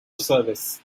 service